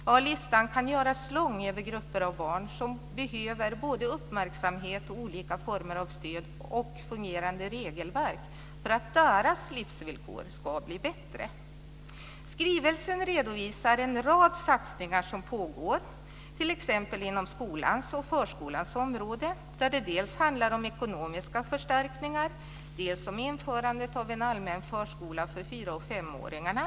Ja, listan kan göras lång över grupper av barn som behöver både uppmärksamhet och olika former av stöd och fungerande regelverk för att deras livsvillkor ska bli bättre. Skrivelsen redovisar en rad satsningar som pågår, t.ex. inom skolans och förskolans område. Där handlar det dels om ekonomiska förstärkningar, dels om införandet av en allmän förskola för fyra och femåringarna.